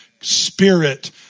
spirit